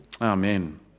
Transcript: Amen